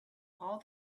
all